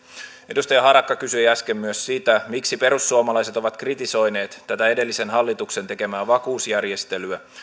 edustaja harakka kysyi äsken myös sitä miksi perussuomalaiset ovat kritisoineet tätä edellisen hallituksen tekemää vakuusjärjestelyä